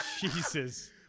Jesus